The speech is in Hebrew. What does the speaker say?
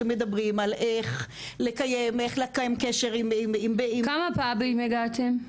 שמדברים על איך לקיים קשר עם --- כמה פאבים הגעתם?